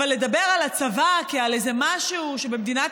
אבל לדבר על הצבא כעל איזה משהו שבמדינת